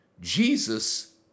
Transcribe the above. Jesus